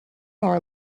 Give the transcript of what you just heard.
nor